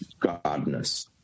godness